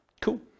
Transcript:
Cool